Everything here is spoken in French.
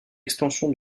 extension